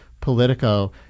Politico